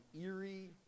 eerie